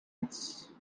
its